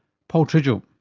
paul tridgell.